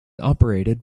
operated